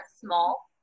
small